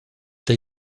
they